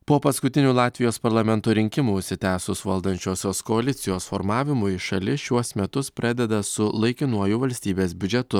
po paskutinių latvijos parlamento rinkimų užsitęsus valdančiosios koalicijos formavimui šalis šiuos metus pradeda su laikinuoju valstybės biudžetu